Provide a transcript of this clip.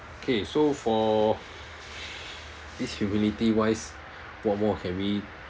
okay so for this humility wise what more can we